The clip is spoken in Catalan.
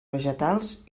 vegetals